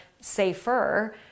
safer